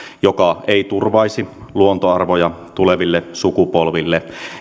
joka ei turvaisi luontoarvoja tuleville sukupolville